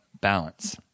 balance